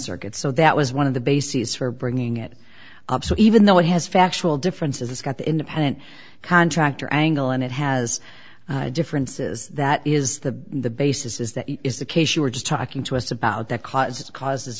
circuits so that was one of the bases for bringing it up so even though it has factual differences it's got the independent contractor angle and it has differences that is the the basis is that is the case you were just talking to us about that causes causes